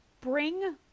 bring